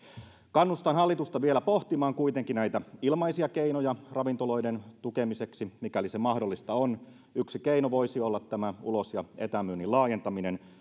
kannustan hallitusta vielä pohtimaan kuitenkin näitä ilmaisia keinoja ravintoloiden tukemiseksi mikäli se mahdollista on yksi keino voisi olla tämä ulos ja etämyynnin laajentaminen